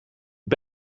het